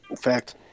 Fact